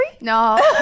No